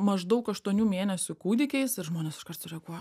maždaug aštuonių mėnesių kūdikiais ir žmonės iš karto reaguoja